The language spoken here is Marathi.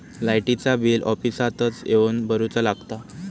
लाईटाचा बिल ऑफिसातच येवन भरुचा लागता?